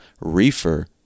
reefer